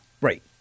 Right